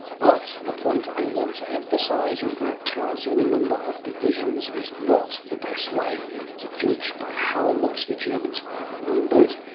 but the point i want to emphasize is that counting the number of divisions is not the best way to judge by how much the germans are outnumbered,